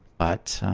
but